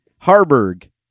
Harburg